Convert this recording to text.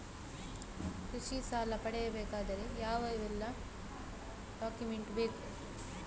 ಕೃಷಿ ಸಾಲ ಪಡೆಯಬೇಕಾದರೆ ಯಾವೆಲ್ಲ ಡಾಕ್ಯುಮೆಂಟ್ ಬೇಕು?